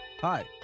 Hi